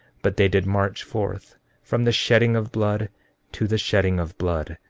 but they did march forth from the shedding of blood to the shedding of blood,